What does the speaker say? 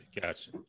Gotcha